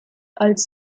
als